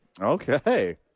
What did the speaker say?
Okay